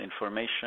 information